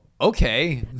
Okay